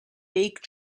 league